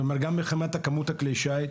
גם בכמות כלי השיט,